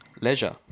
leisure